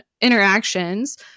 interactions